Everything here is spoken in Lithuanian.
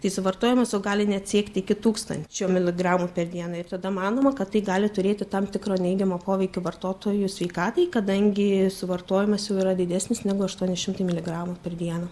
tai suvartojimas jo gali net siekti iki tūkstančio miligramų per dieną ir tada manoma kad tai gali turėti tam tikro neigiamo poveikio vartotojų sveikatai kadangi suvartojimas jau yra didesnis negu aštuoni šimtai miligramų per dieną